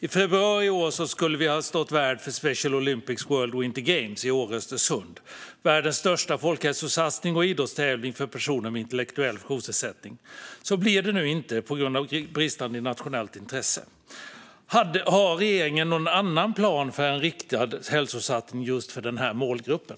I februari nästa år skulle vi ha stått värd för Special Olympics World Winter Games i Åre och Östersund - världens största folkhälsosatsning och idrottstävling för personer med intellektuell funktionsnedsättning. Så blir det nu inte på grund av bristande nationellt intresse. Har regeringen någon annan plan för en riktad hälsosatsning just för den här målgruppen?